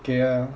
给 a